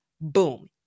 Boom